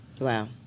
Wow